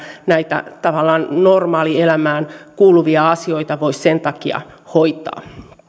näitä tavallaan normaalielämään kuuluvia asioita voi sen takia hoitaa